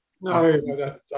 No